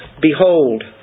Behold